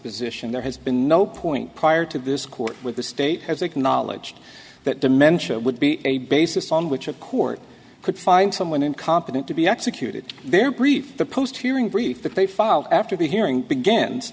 position there has been no point prior to this court with the state has acknowledged that dementia would be a basis on which a court could find someone incompetent to be executed their brief the post hearing brief that they filed after the hearing beg